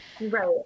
right